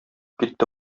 китте